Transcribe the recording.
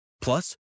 Plus